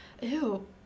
ew